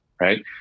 Right